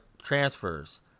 transfers